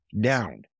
down